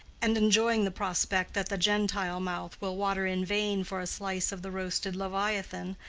and enjoying the prospect that the gentile mouth will water in vain for a slice of the roasted leviathan,